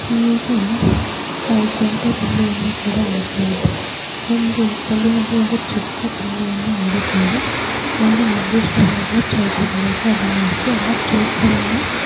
ಹೀಗೆ ನಾವು ಕುಂಟೆಬಿಲ್ಲೆಯನ್ನು ಕೂಡ ಆಡ್ತಾಯಿದ್ದ ಒಂದು ಕಲ್ಲಿನಲ್ಲಿ ಒಂದು ಚಿಕ್ಕ ಬಿಲ್ಲೆಯನ್ನು ಆಡಿಕೊಂಡು ಒಂದು ನಿರ್ದಿಷ್ಟವಾದ ಚೌಕದೊಳಗೆ ಅದನ್ನಿರ್ಸಿ ಆ ಚೌಕವನ್ನು